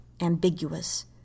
ambiguous